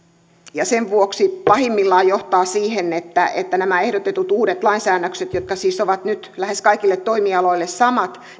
ja sen vuoksi pahimmillaan johtavat siihen että että nämä ehdotetut uudet lainsäännökset jotka siis ovat nyt lähes kaikille toimialoille samat